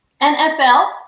NFL